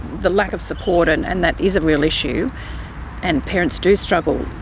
the lack of support, and and that is a real issue and parents do struggle,